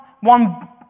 one